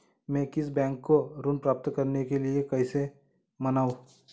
मैं किसी बैंक को ऋण प्राप्त करने के लिए कैसे मनाऊं?